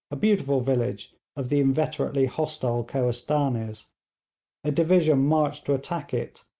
a beautiful village of the inveterately hostile kohistanees a division marched to attack it,